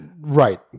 Right